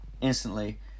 instantly